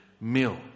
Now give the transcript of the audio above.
meal